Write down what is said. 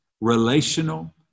relational